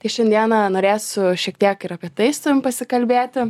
tai šiandieną norėsiu šiek tiek ir apie tai su tavimi pasikalbėti